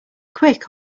quick